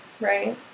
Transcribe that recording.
right